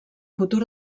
futur